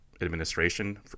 administration